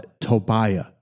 Tobiah